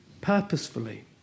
purposefully